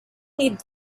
need